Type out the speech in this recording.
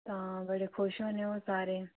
तां बड़े खुश होने होर सारे